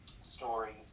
stories